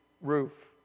roof